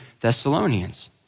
Thessalonians